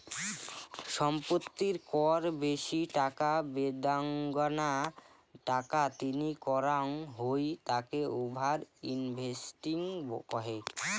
সম্পত্তির কর বেশি টাকা বেদাঙ্গনা টাকা তিনি করাঙ হই তাকে ওভার ইনভেস্টিং কহে